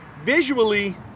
Visually